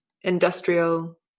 industrial